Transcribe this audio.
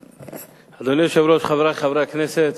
אדוני היושב-ראש, חברי חברי הכנסת,